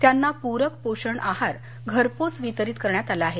त्यांना पूरक पोषण आहार घरपोच वितरित करण्यात आला आहे